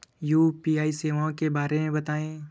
UPI सेवाओं के बारे में बताएँ?